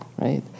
right